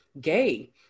gay